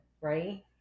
right